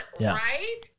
right